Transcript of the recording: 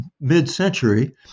mid-century